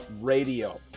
radio